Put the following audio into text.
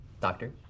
Doctor